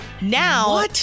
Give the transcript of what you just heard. now